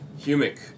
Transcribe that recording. humic